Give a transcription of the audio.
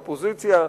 אופוזיציה,